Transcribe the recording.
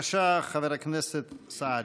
בבקשה, חבר הכנסת סעדי.